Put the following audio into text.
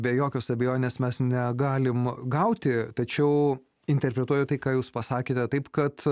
be jokios abejonės mes negalim gauti tačiau interpretuoju tai ką jūs pasakėte taip kad